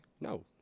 no